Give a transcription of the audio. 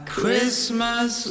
Christmas